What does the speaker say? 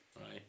right